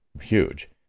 huge